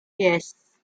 yes